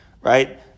right